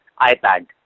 iPad